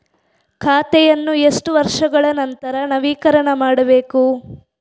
ಖಾತೆಯನ್ನು ಎಷ್ಟು ವರ್ಷಗಳ ನಂತರ ನವೀಕರಣ ಮಾಡಬೇಕು?